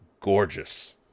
gorgeous